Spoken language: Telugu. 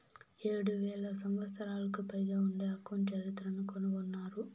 ఏడు వేల సంవత్సరాలకు పైగా ఉండే అకౌంట్ చరిత్రను కనుగొన్నారు